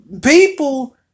people